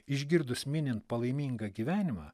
išgirdus minint palaimingą gyvenimą